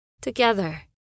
together